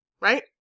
right